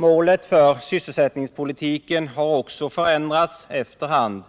Målet för sysselsättningspolitiken har också förändrats efter hand.